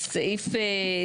שנייה.